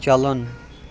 چلَن